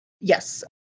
Yes